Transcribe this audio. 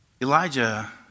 Elijah